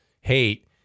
hate